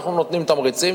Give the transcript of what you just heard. אנחנו נותנים תמריצים.